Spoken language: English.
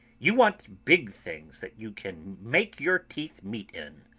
you want big things that you can make your teeth meet in?